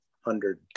hundred